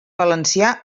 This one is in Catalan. valencià